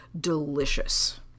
delicious